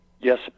Yes